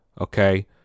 okay